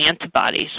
antibodies